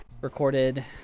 recorded